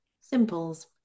Simples